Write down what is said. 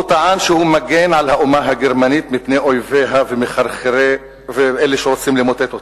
הוא טען שהוא מגן על האומה הגרמנית מפני אויביה ואלה שרוצים למוטט אותה.